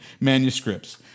manuscripts